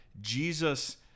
Jesus